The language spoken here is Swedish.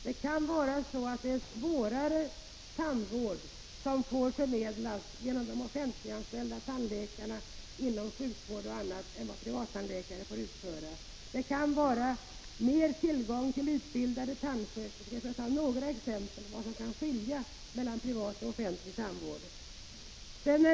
Det kan vara så att det är svårare tandvård som förmedlas genom de offentligt anställda tandläkarna — inom sjukvård och annat — än vad privattandläkarna får utföra. Det kan inom den offentliga tandvården vara bättre tillgång på utbildade tandsköterskor, för att ta några exempel på vad som kan skilja mellan privat och offentlig tandvård.